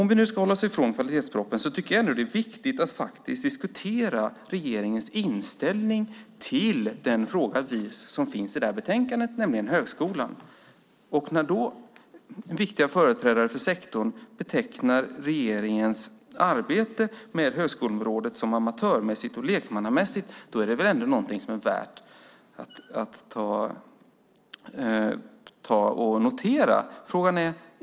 Om vi nu ska hålla oss ifrån kvalitetspropositionen tycker jag ändå att det är viktigt att diskutera regeringens inställning till den fråga som finns i det här betänkandet, nämligen högskolan. När viktiga företrädare för sektorn betecknar regeringens arbete med högskoleområdet som amatörmässigt och lekmannamässigt är det värt att notera.